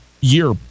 year